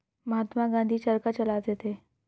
महात्मा गांधी चरखा चलाते थे